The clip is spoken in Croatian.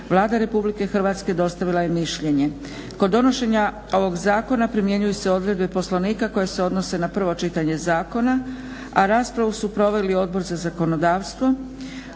Vlada Republike Hrvatske dostavila je mišljenje. Kod donošenja ovog zakona primjenjuju se odredbe Poslovnika koje se odnose na prvo čitanje zakona. Raspravu su proveli Odbor za zakonodavstvo,